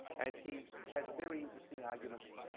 and he has very interesting arguments